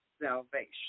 salvation